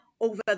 over